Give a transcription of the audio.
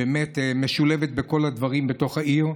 ובאמת משולבת בכל הדברים בכל העיר.